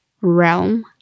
realm